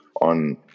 on